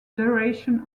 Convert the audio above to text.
duration